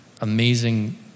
amazing